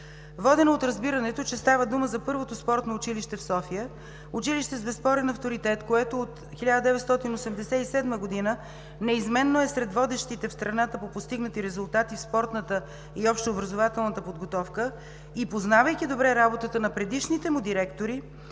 Водена от разбирането, че става дума за първото спортно училище в София – училище с безспорен авторитет, което от 1987 г. неизменно е сред водещите в страната по постигнати резултати в спортната и общообразователната подготовка, и познавайки добре работата на предишните му директори,